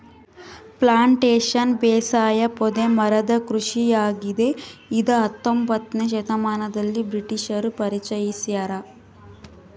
plantation ಬೇಸಾಯ ಪೊದೆ ಮರದ ಕೃಷಿಯಾಗಿದೆ ಇದ ಹತ್ತೊಂಬೊತ್ನೆ ಶತಮಾನದಲ್ಲಿ ಬ್ರಿಟಿಷರು ಪರಿಚಯಿಸ್ಯಾರ